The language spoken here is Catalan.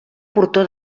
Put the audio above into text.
portó